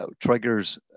triggers